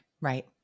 right